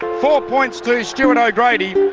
four points to stuart o'grady.